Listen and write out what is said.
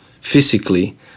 physically